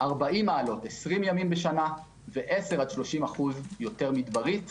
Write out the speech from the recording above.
40 מעלות 20 ימים בשנה, ו-10% עד 30% יותר מדברית,